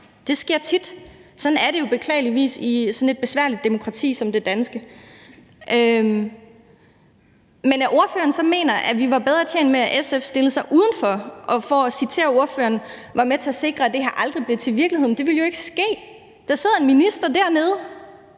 det sker tit, for sådan er det jo beklageligvis i sådan et besværligt demokrati som det danske. I forhold til det, at ordføreren så mener, at vi er bedre tjent med, at SF stiller sig udenfor og, for at citere ordføreren, er med til at sikre, at det her aldrig bliver til virkelighed – det vil jo ikke ske. Der sidder en minister dernede,